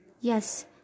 yes